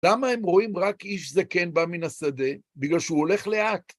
למה הם רואים רק איש זקן בא מן השדה, בגלל שהוא הולך לאט.